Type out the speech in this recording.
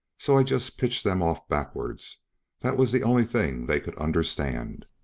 so i just pitched them off backwards that was the only thing they could understand.